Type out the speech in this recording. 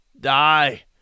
DIE